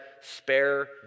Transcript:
spare